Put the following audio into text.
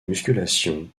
musculation